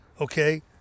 okay